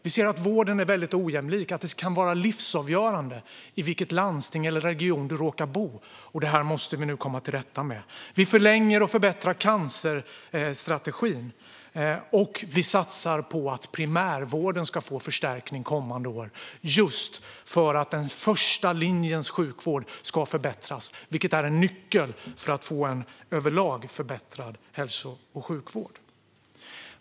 Vi ser att vården är väldigt ojämlik, att det kan vara livsavgörande i vilket landsting eller vilken region du råkar bo. Det måste vi nu komma till rätta med. Vi förlänger och förbättrar cancerstrategin, och vi satsar på att primärvården ska få förstärkning kommande år just för att den första linjens sjukvård ska förbättras, vilket är en nyckel till en överlag förbättrad hälso och sjukvård.